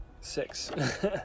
Six